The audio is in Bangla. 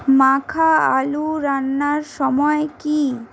মাখা আলু রান্নার সময় কি